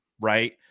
right